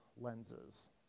lenses